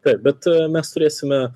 taip bet mes turėsime